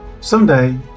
Someday